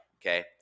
okay